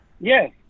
Yes